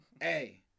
Hey